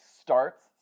starts